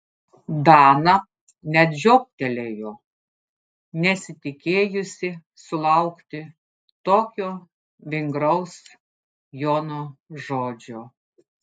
dana net žiobtelėjo nesitikėjusi sulaukti tokio vingraus jono žodžio